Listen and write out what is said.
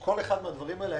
שכל אחד מהדברים האלה,